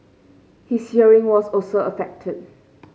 his hearing was also affected